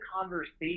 conversation